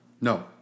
No